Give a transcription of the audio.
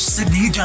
Sydney